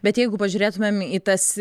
bet jeigu pažiūrėtumėm į tas